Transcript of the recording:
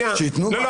לא.